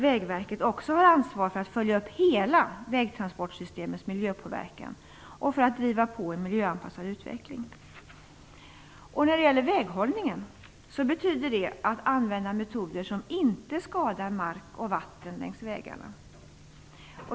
Vägverket har också ansvaret för att följa upp miljöpåverkan av vägtransportsystemet i dess helhet och för att driva på en miljöanpassad utveckling. När det gäller väghållningen betyder det att använda metoder som inte skadar mark och vatten längs vägarna.